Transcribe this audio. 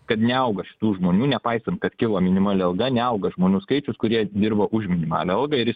kad neauga šitų žmonių nepaisant kad kilo minimali alga neauga žmonių skaičius kurie dirba už minimalią algą ir jis